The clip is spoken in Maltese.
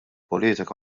politika